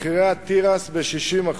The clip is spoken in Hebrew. מחירי התירס ב-60%,